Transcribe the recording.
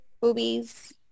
boobies